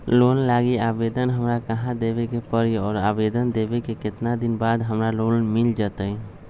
Loan लागी आवेदन हमरा कहां देवे के पड़ी और आवेदन देवे के केतना दिन बाद हमरा लोन मिल जतई?